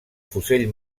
fusell